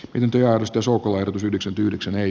pidentyä jos työsulku pysähdykset yhdeksän eli